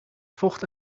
volgt